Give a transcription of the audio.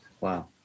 Wow